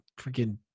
freaking